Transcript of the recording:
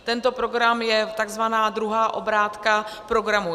Tento program je takzvaná druhá obrátka programu JESSICA.